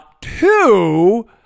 Two